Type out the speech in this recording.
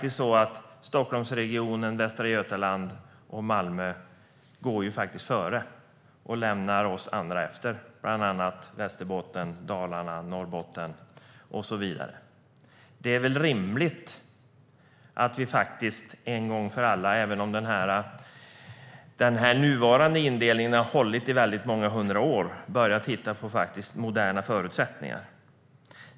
Stockholmsregionen, Västra Götaland och Malmö går faktiskt före och lämnar oss andra efter, bland annat Västerbotten, Dalarna och Norrbotten. Det är väl rimligt att vi en gång för alla, även om den nuvarande indelningen har hållit i många hundra år, börjar titta på moderna förutsättningar.